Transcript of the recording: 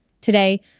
Today